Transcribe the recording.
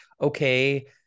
okay